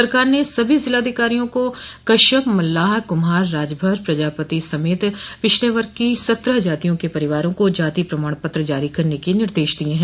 सरकार ने सभी जिला अधिकारियों को कश्यप मल्लाह कुम्हार राजभर प्रजापति समेत पिछड़े वर्ग की सत्रह जातियों के परिवारों को जाति प्रमाण पत्र जारी करने के निर्देश दिए हैं